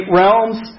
realms